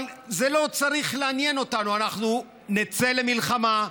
אבל זה לא צריך לעניין אותנו, אנחנו נצא למלחמה,